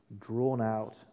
drawn-out